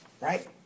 right